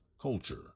culture